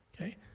Okay